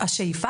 השאיפה.